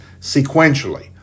sequentially